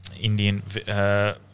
Indian